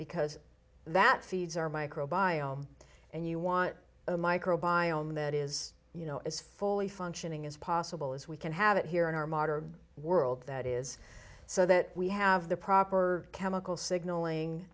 because that feeds our micro biome and you want a micro biome that is you know is fully functioning as possible as we can have it here in our modern world that is so that we have the proper chemical signaling